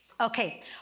Okay